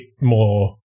more